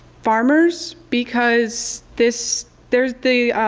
farmers because this there's the